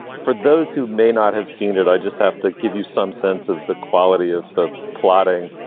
for those who may not have seen it, i just have to give you some sense of the quality of the plotting.